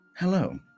Hello